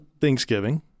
Thanksgiving